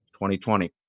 2020